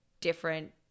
different